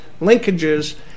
linkages